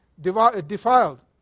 defiled